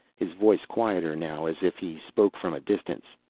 his voice quieter now, as if he spoke from a distance.